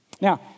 Now